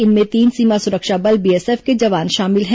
इनमें तीन सीमा सुरक्षा बल बीएसएफ के जवान शामिल हैं